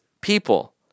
people